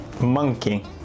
Monkey